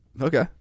Okay